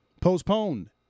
postponed